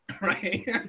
Right